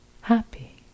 Happy